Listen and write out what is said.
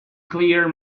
clear